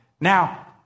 Now